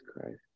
Christ